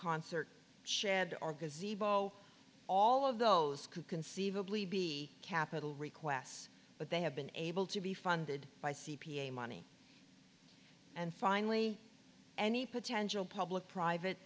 concert shed or because evo all of those could conceivably be capital requests but they have been able to be funded by c p a money and finally any potential public private